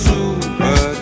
Super